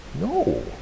no